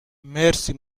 مرسی